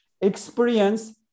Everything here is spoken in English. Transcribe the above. experience